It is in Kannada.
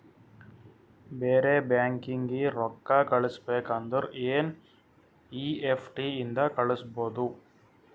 ಬೇರೆ ಬ್ಯಾಂಕೀಗಿ ರೊಕ್ಕಾ ಕಳಸ್ಬೇಕ್ ಅಂದುರ್ ಎನ್ ಈ ಎಫ್ ಟಿ ಇಂದ ಕಳುಸ್ಬೋದು